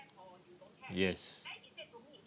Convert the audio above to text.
yes